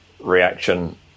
reaction